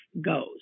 goes